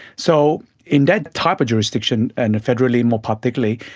so in that type of jurisdiction and federally more particularly,